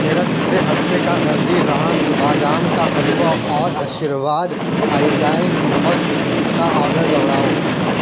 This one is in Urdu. میرا پچھلے ہفتے کا ہلدی رامز بادام کا حلوہ اور آشرواد آیوڈائز نمک کا آرڈر دوہراؤ